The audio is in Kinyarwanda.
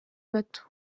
bato